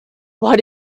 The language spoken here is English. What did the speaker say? what